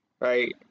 Right